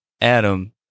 Adam-